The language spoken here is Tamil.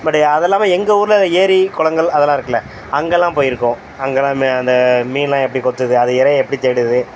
பட் அது இல்லாமல் எங்கள் ஊர்ல ஏரி குளங்கள் அதெலாம் இருக்குதில்ல அங்கெலாம் போயிருக்கோம் அங்கெலாம் மெ அந்த மீன்லாம் எப்படி கொத்துது அது இரையை எப்படி தேடுது